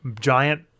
giant